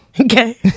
Okay